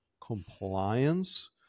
compliance